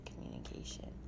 communication